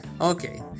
Okay